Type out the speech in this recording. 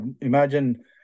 Imagine